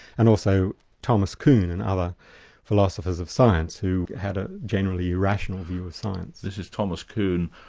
and also thomas kuhn and other philosophers of science who had a generally irrational view of science. this is thomas kuhn,